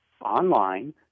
online